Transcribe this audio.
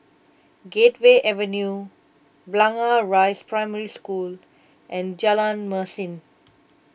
Gateway Avenue Blangah Rise Primary School and Jalan Mesin